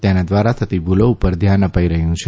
તેના દ્વારા થતી ભૂલો પર ધ્યાન અપાઇ રહ્યું છે